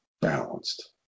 balanced